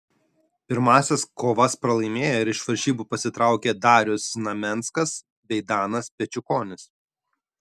pirmąsias kovas pralaimėjo ir iš varžybų pasitraukė darius znamenskas bei danas pečiukonis